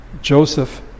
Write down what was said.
Joseph